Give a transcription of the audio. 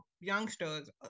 youngsters